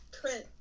print